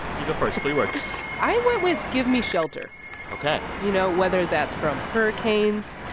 you go first. three words i went with, give me shelter ok you know, whether that's from hurricanes,